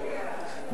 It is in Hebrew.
ההצתות,